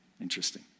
interesting